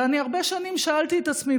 ואני הרבה שנים שאלתי את עצמי,